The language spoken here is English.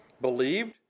Believed